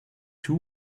two